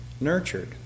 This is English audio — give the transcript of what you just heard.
nurtured